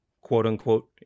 quote-unquote